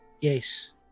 Yes